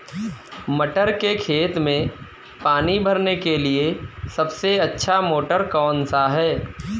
मटर के खेत में पानी भरने के लिए सबसे अच्छा मोटर कौन सा है?